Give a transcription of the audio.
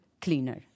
cleaner